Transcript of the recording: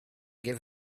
give